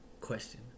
question